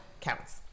counts